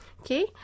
okay